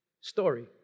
Story